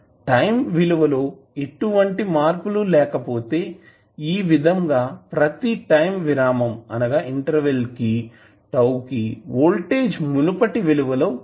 time విలువ లోఎటువంటి మార్పులు లేకపోతే ఈ విధంగా ప్రతి టైం విరామం ఇంటర్వెల్intervel τ కి వోల్టేజ్ మునపటి విలువలో 36